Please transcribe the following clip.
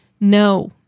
No